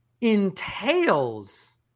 entails